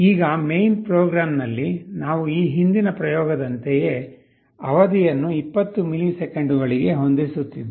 ಈಗ ಮೇನ್ ಪ್ರೋಗ್ರಾಂನಲ್ಲಿ ನಾವು ಈ ಹಿಂದಿನ ಪ್ರಯೋಗದಂತೆಯೇ ಅವಧಿಯನ್ನು 20 ಮಿಲಿಸೆಕೆಂಡುಗಳಿಗೆ ಹೊಂದಿಸುತ್ತಿದ್ದೇವೆ